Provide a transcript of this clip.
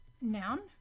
noun